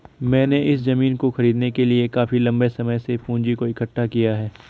मैंने इस जमीन को खरीदने के लिए काफी लंबे समय से पूंजी को इकठ्ठा किया है